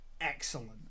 excellent